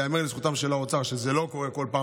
ייאמר לזכותו של האוצר שזה לא קורה כל פעם.